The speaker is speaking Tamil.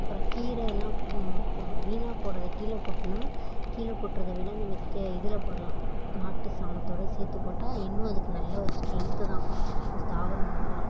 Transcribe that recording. அப்புறம் கீரை எல்லாம் இப்போது வீணாக போவதை கீழே கொட்டினா கீழே கொட்டுறத விட நம்ம இதில் போடலாம் மாட்டுசாணத்தோடு சேர்த்துப்போட்டா இன்னும் அதுக்கு நல்ல ஒரு ஸ்ட்ரென்த்து தான் இந்த தாவரங்களுக்கெல்லாம்